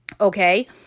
okay